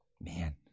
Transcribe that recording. man